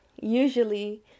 usually